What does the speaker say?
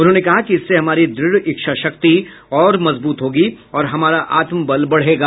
उन्होंने कहा कि इससे हमारी दृढ़ इच्छाशक्ति और मजबूत होगी और हमारा आत्मबल बढ़ेगा